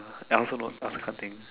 uh I also don't I also can't think